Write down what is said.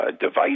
device